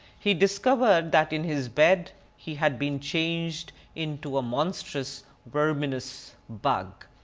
he discovered that in his bed he had been changed in to a monstrous verminous bug.